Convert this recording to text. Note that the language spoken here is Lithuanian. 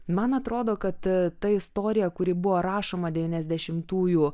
man atrodo kad ta istorija kuri buvo rašomadevyniasdešimtųjų